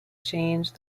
change